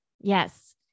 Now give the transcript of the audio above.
Yes